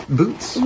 boots